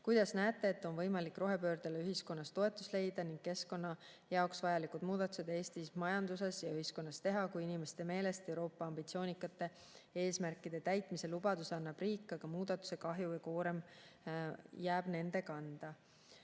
Kuidas näete, et on võimalik rohepöördele ühiskonnas toetust leida ning keskkonna jaoks vajalikud muudatused Eestis majanduses ja ühiskonnas teha, kui inimeste meelest Euroopa ambitsioonikate eesmärkide täitmise lubaduse annab riik, aga muudatuse kahju ja koorem jääb nende kanda?"